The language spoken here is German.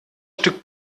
stück